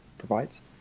Provides